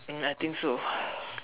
um I think so